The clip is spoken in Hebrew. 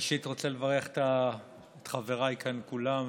אני רוצה לברך את חבריי כאן כולם,